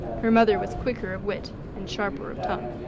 her mother was quicker of wit, and sharper of tongue.